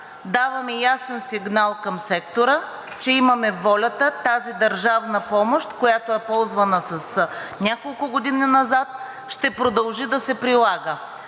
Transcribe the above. даваме ясен сигнал към сектора, че имаме волята тази държавна помощ, която е ползвана с няколко години назад, ще продължи да се прилага.